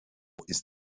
ist